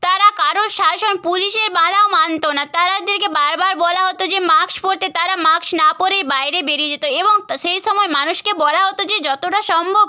তারা কারোর শাসন পুলিশের বাধাও মানত না তারাদেরকে বার বার বলা হতো যে মাস্ক পরতে তারা মাস্ক না পরেই বাইরে বেরিয়ে যেত এবং ত্ সেই সময় মানুষকে বলা হতো যে যতটা সম্ভব